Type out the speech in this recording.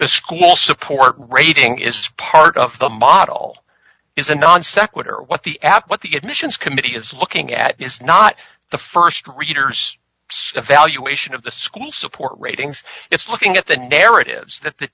school support rating is part of the model is a non sequitur what the app what the admissions committee is looking at is not the st reader's evaluation of the school support ratings it's looking at the narratives that the